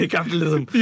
Capitalism